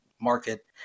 market